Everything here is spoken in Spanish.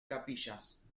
capillas